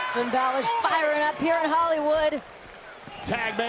and balor's firing up here in hollywood tag made,